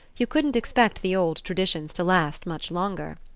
you couldn't expect the old traditions to last much longer.